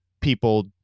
people